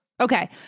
Okay